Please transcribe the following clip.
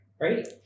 right